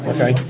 Okay